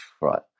right